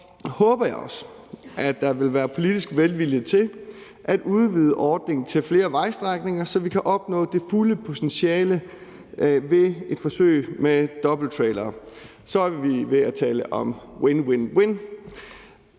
håber jeg også, at der vil være politisk velvilje til at udvide ordningen til flere vejstrækninger, så vi kan opnå det fulde potentiale ved et forsøg med dobbelttrailere. Så vil der være tale en om win-win-win.